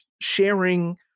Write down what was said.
sharing